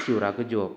शिवराकच जेवप